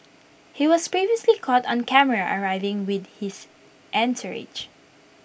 he was previously caught on camera arriving with his entourage